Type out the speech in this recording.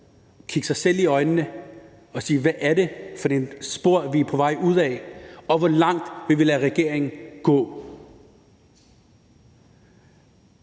kigge sig selv i øjnene og sige: Hvad er det for et spor, vi er på vej ud ad, og hvor langt vil vi lade regeringen gå?